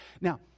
Now